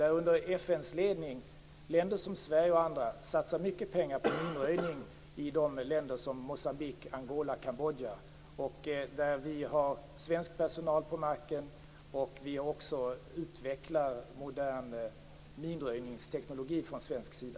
Under FN:s ledning satsar länder som Sverige och andra mycket pengar på minröjning i länder som Moçambique, Angola och Kambodja, där vi har svensk personal på marken. Vi utvecklar också modern minröjningsteknologi från svensk sida.